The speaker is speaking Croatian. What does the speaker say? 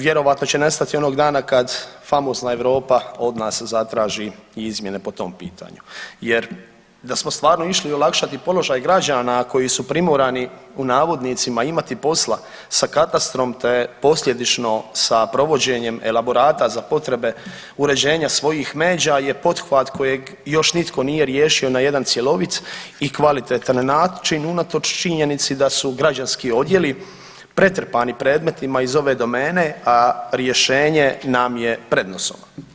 Vjerojatno će nestati onog dana kad famozna Europa od nas zatraži i izmjene po tom pitanju, jer da smo stvarno išli olakšati položaj građana koji su primorani u navodnicima imati posla sa katastrom, te posljedično sa provođenjem elaborata za potrebe uređenja svojih međa je pothvat kojeg još nitko nije riješio na jedan cjelovit i kvalitetan način unatoč činjenici da su građanski odjeli pretrpani predmetima iz ove domene, a rješenje nam je pred nosom.